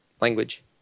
language